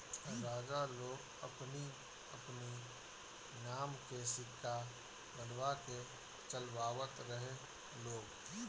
राजा लोग अपनी अपनी नाम के सिक्का बनवा के चलवावत रहे लोग